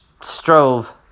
strove